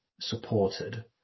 supported